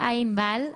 ענבל,